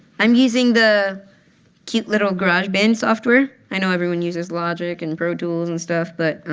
i'm using the cute little garage band software. i know everyone uses logic and pro tools and stuff. but